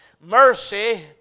Mercy